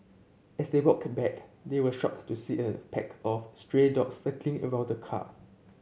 as they walked back they were shocked to see a pack of stray dogs circling around the car